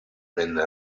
venne